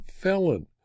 felon